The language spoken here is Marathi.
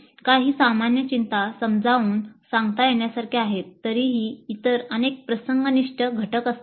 काही सामान्य चिंता समजावून सांगता येण्यासारख्या आहेत तरीही इतर अनेक प्रसंगनिष्ठ घटक असतात